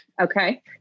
Okay